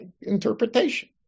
interpretation